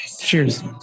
Cheers